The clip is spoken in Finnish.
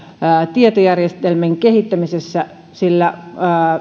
tietojärjestelmien kehittämisessä sillä